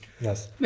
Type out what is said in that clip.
Yes